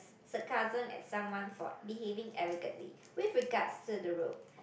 sarcasm at someone fault behaving arrogantly with regards to the road